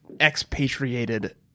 expatriated